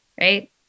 right